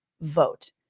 vote